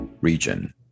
region